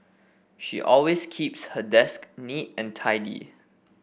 she always keeps her desk neat and tidy